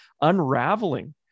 unraveling